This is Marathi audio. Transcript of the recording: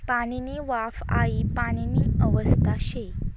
पाणीनी वाफ हाई पाणीनी अवस्था शे